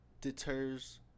deters